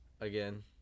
again